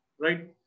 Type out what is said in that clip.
Right